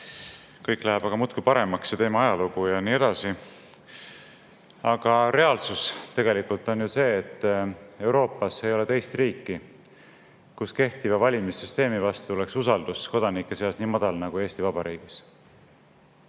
kõik läheb muudkui paremaks, teeme ajalugu ja nii edasi. Aga reaalsus on ju see, et Euroopas ei ole teist riiki, kus kehtiva valimissüsteemi vastu oleks usaldus kodanike seas nii madal nagu Eesti Vabariigis.